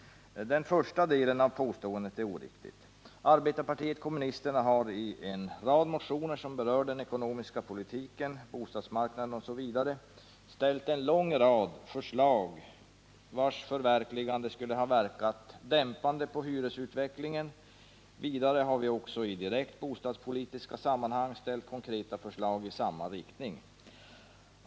Det första påståendet är oriktigt. Arbetarpartiet kommunisterna har i motioner som berör den ekonomiska politiken, bostadsmarknaden osv. framställt en lång rad förslag, vilkas genomförande skulle ha verkat dämpande på hyresutvecklingen. Vidare har vi också i direkt bostadspolitiska sammanhang ställt konkreta förslag i samma riktning.